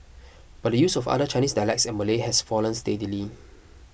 but the use of other Chinese dialects and Malay has fallen steadily